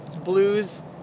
Blues